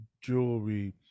jewelry